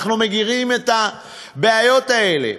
אנחנו מכירים את הבעיות האלה.